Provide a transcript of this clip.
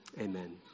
amen